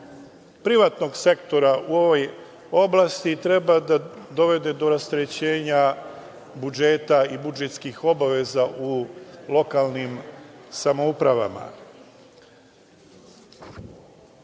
privatnog sektora u ovoj oblasti treba da dovede do rasterećenja budžeta i budžetskih obaveza u lokalnim samoupravama. Sa